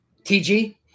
tg